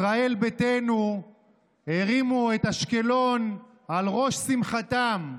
ישראל ביתנו הרימו את אשקלון על ראש שמחתם,